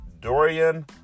Dorian